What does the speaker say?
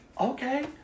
Okay